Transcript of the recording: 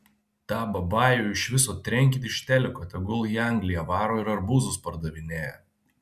tą babajų iš viso trenkit iš teliko tegul į angliją varo ir arbūzus pardavinėja